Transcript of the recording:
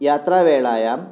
यात्रावेलायां